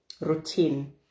routine